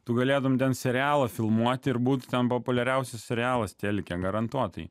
tu galėtumei ten serialą filmuoti ir būti ten populiariausias serialas telike garantuotai